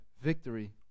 victory